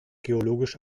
geologisch